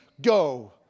go